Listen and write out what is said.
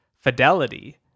fidelity